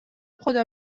خدا